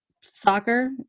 soccer